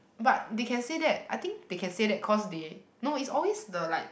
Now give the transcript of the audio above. but they can say that I think they can say that cause they no is always the like